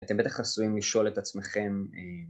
אתם בטח עשויים לשאול את עצמכם